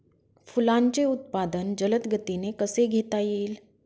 फुलांचे उत्पादन जलद गतीने कसे घेता येईल?